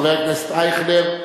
חבר הכנסת אייכלר,